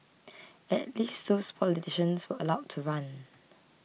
at least those politicians were allowed to run